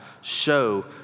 show